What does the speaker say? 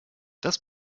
das